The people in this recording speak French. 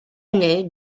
année